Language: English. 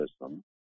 system